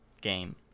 Game